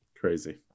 crazy